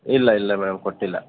ಇಲ್ಲ ಇಲ್ಲ ಮೇಡಮ್ ಕೊಟ್ಟಿಲ್ಲ